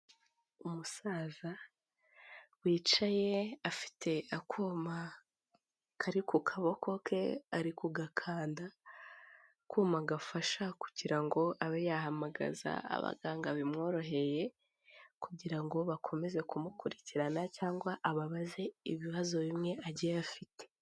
Umusaza wicaye afite akuma kari ku kaboko ke ari kugakanda, kuma gafasha kugira ngo abe yahamagaza abaganga bimworoheye kugira ngo bakomeze kumukurikirana cyangwa ababaze ibibazo bimwe agiyeyo afite.